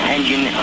Engine